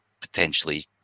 potentially